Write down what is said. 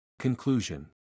Conclusion